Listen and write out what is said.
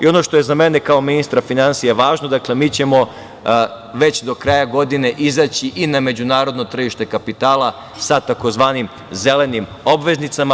Ono što je za mene kao ministra finansija važno, mi ćemo već do kraja godine izaći i na međunarodno tržište kapitala sa tzv. zelenim obveznicama.